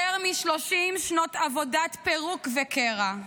יותר מ-30 שנות עבודת פירוק וקרע.